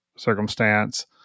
circumstance